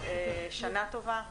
שלום לכולם, בוקר טוב ושנה טובה.